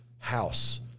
house